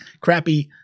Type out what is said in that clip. crappy